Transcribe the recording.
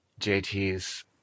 JT's